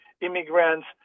immigrants